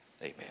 amen